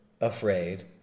afraid